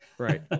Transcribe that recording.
Right